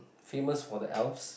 famous for the elves